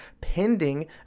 pending